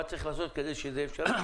מה צריך לעשות כדי שזה יהיה אפשרי.